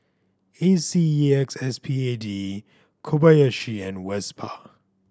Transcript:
A C E X S P A D E Kobayashi and Vespa